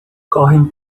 correm